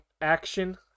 Action